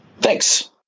Thanks